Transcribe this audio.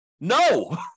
No